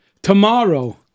Tomorrow